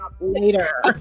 later